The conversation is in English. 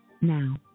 Now